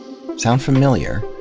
sound familiar?